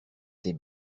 ses